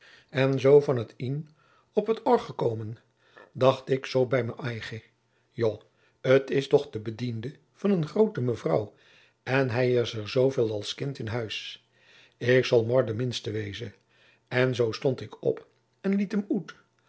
en zoo van t ien op t oâr komende dacht ik zoo bij mijn aigen joâ het is toch de bediende van een groote mevrouw en hij is er zoo veel als kind in huis ik zal moâr de minste wezen en zoo stond ik op en liet hem oet